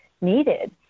needed